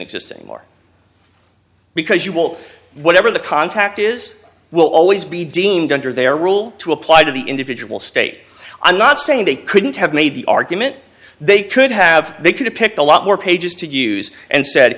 exist anymore because you will whatever the contact is will always be deemed under their rule to apply to the individual state i'm not saying they couldn't have made the argument they could have they could have picked a lot more pages to use and said